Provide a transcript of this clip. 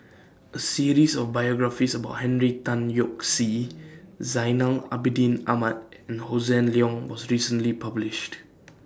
A series of biographies about Henry Tan Yoke See Zainal Abidin Ahmad and Hossan Leong was recently published